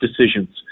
decisions